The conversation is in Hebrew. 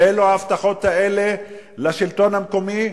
מאיפה ההבטחות האלה לשלטון המקומי,